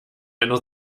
einer